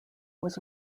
was